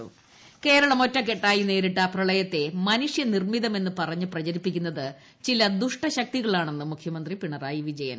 മുഖ്യമന്ത്രി ആലപ്പുഴ കേരളം ഒറ്റക്കെട്ടായി നേരിട്ട പ്രളയത്തെ മനുഷ്യനിർമിതമെന്ന് പറഞ്ഞ് പ്രചരിപ്പിക്കുന്നത് ചില ദുഷ്ടശക്തികളാണെന്ന് മുഖ്യമന്ത്രി പിണറായി വിജയൻ